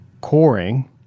coring